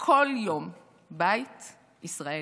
כל יום בית ישראלי.